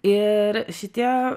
ir šitie